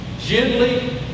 Gently